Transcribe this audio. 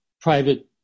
private